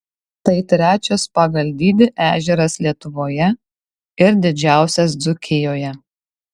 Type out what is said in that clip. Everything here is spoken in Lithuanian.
tai trečias pagal dydį ežeras lietuvoje ir didžiausias dzūkijoje